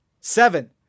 Seven